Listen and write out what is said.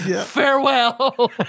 Farewell